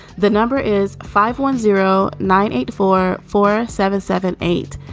the number is five one zero nine eight four four seven seven eight.